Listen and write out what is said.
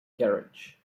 garage